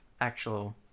actual